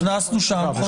הכנסנו שם.